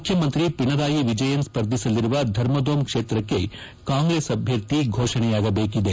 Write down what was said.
ಮುಖ್ಯಮಂತ್ರಿ ಪೀರಾಯಿ ವಿಜಯನ್ ಸ್ಪರ್ಧಿಸಲಿರುವ ಧರ್ಮದೋಮ್ ಕ್ಷೇತಕ್ಕೆ ಕಾಂಗ್ರೆಸ್ ಅಭ್ದರ್ಥಿ ಫೋಷಣೆಯಾಗಬೇಕಿದೆ